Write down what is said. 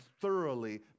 thoroughly